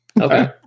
Okay